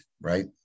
Right